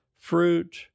fruit